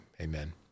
Amen